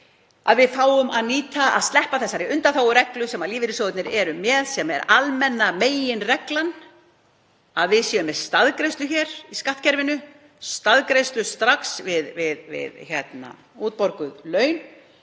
að við fáum að nýta það og sleppa þessari undanþágureglu sem lífeyrissjóðirnir eru með, sem er almenna meginreglan um að við séum með staðgreiðslu hér í skattkerfinu, staðgreiðslu strax við útborguð laun.